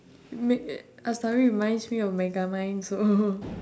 make a~ aslawi reminds me of megamind so